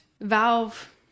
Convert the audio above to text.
valve